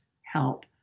help